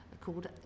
called